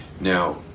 now